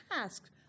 tasks